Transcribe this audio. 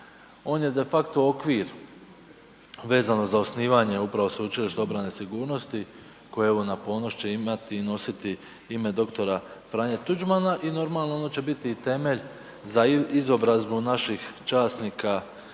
on je de facto okvir vezano za osnivanje upravo Sveučilišta obrane i sigurnosti koje evo na ponos će imati i nositi ime dr. Franje Tuđmana i normalno ono će biti i temelj za izobrazbu naših časnika